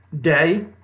day